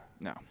No